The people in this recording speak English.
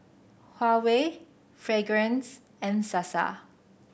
Huawei Fragrance and Sasa